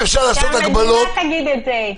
שהמדינה תגיד את זה.